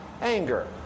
anger